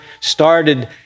started